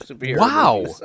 Wow